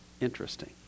interesting